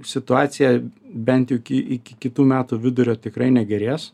situacija bent jau iki iki kitų metų vidurio tikrai negerės